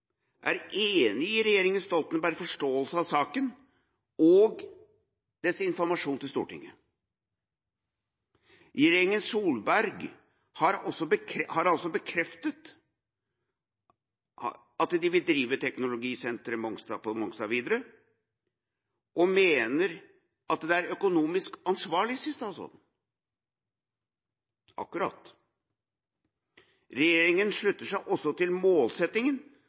er enig i regjeringa Stoltenbergs forståelse av saka og dens informasjon til Stortinget. Regjeringa Solberg har også bekreftet at de vil drive Teknologisenteret på Mongstad videre, og mener det er økonomisk ansvarlig, sier statsråden. – Akkurat. Regjeringa slutter seg også til